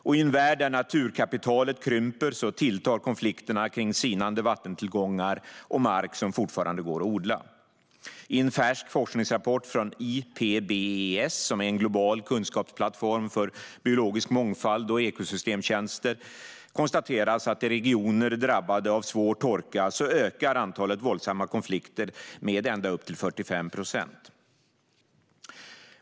Och i en värld där naturkapitalet krymper tilltar konflikterna kring sinande vattentillgångar och mark som fortfarande går att odla. I en färsk forskningsrapport från Ipbes, som är en global kunskapsplattform för biologisk mångfald och ekosystemtjänster, konstateras att i regioner drabbade av svår torka ökar antalet våldsamma konflikter med ända upp till 45 procent.